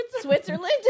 Switzerland